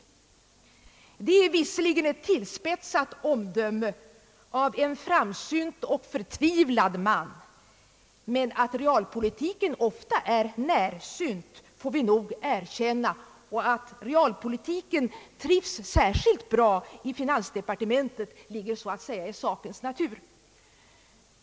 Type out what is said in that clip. Det är visserligen ett tillspetsat omdöme av en framsynt och förtvivlad man. Men att realpolitiken ofta är närsynt får vi nog erkänna och att realpolitiken trivs särskilt bra i finansdepartementet ligger så att säga i sakens natur.